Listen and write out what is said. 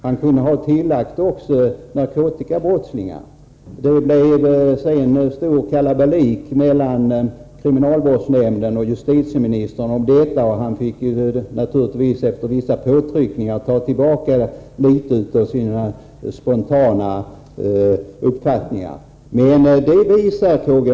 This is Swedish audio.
Han kunde ha tillagt att detta också gäller för narkotikabrottslingar. Det blev sedan stor kalabalik mellan kriminalvårdsnämnden och justitieministern om detta, och justitieministern fick efter vissa påtryckningar ta tillbaka litet av sina spontana uppfattningar. Hans uttalanden visar dock, K.-G.